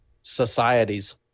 societies